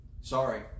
Sorry